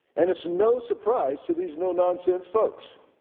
and it's no surprise to these no-nonsense folks.